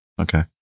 Okay